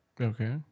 Okay